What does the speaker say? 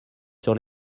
sur